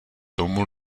tomu